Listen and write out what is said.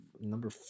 number